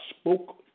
spoke